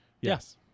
Yes